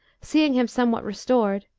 seeing him somewhat restored,